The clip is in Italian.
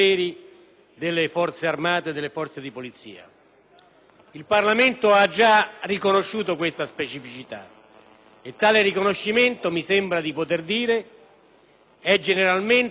Il Parlamento ha già riconosciuto questa specificità e tale riconoscimento, mi sembra di poter dire, è generalmente e fortemente condiviso dagli onorevoli senatori.